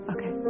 Okay